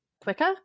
quicker